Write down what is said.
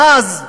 ואז,